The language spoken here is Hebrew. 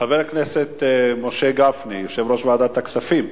חבר הכנסת משה גפני, יושב-ראש ועדת הכספים.